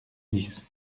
dix